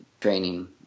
training